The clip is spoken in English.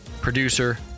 producer